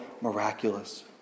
miraculous